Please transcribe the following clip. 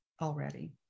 already